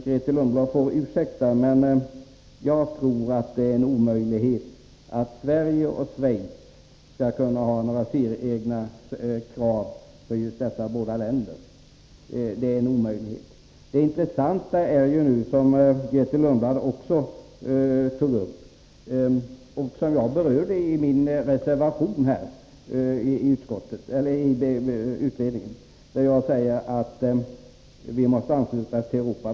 Grethe Lundblad får ursäkta, men jag tror att det är omöjligt att just Sverige och Schweiz skall kunna ha speciella krav. I min reservation i utredningen framhöll jag att Sverige måste ansluta sig till de andra europeiska länderna när det gäller den här frågan, och det var intressant att Grethe Lundblad också tog upp den saken.